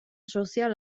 sozial